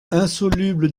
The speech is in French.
insoluble